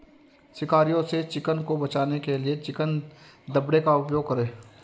शिकारियों से चिकन को बचाने के लिए चिकन दड़बे का उपयोग करें